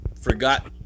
Forgot